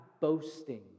boasting